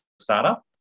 startup